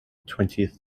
twentieth